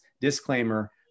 disclaimer